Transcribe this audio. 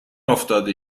افتادی